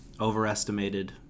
overestimated